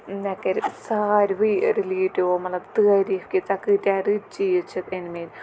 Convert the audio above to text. مےٚ کٔرۍ ساروی رِلیٹِوَو مطلب تٲریٖف کہِ ژےٚ کۭتیٛاہ رٔتۍ چیٖز چھِتھ أنۍ مٕتۍ